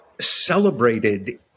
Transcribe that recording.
celebrated